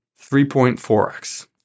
3.4x